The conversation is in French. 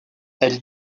elle